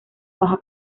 baja